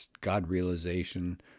God-realization